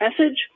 message